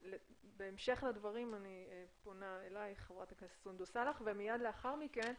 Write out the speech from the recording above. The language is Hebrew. בהמשך לדברים אני פונה אליך חברת הכנסת סונדוס סאלח ומיד לאחר מכן,